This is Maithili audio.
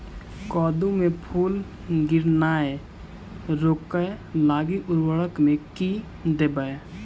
कद्दू मे फूल गिरनाय रोकय लागि उर्वरक मे की देबै?